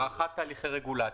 הערכת תהליכי רגולציה,